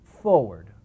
forward